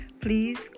Please